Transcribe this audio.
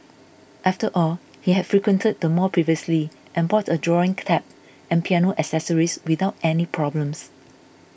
after all he had frequented the mall previously and bought a drawing tab and piano accessories without any problems